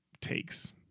takes